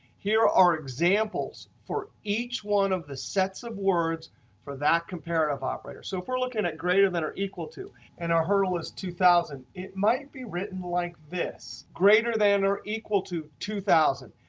here are examples for each one of the sets of words for that comparative operator. so if we're looking at greater than or equal to and our hurdle is two thousand dollars, it might be written like this greater than or equal to two thousand